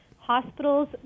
hospitals